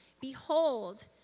Behold